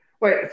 Wait